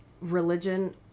religion